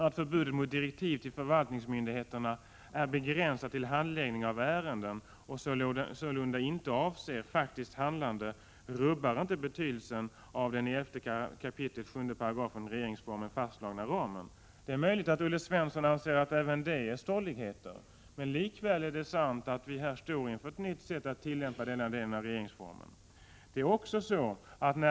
Att förbudet mot direktiv till förvaltningsmyndigheterna är begränsat till handläggning av ärenden och sålunda inte avser faktiskt handlande rubbar inte betydelsen av den i 11 kap. 7 § regeringsformen fastslagna ramen.” Det är möjligt att Olle Svensson anser att även detta är stolligheter, men det är likväl sant att vi här står inför ett nytt sätt att tillämpa denna del av regeringsformen.